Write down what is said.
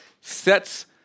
sets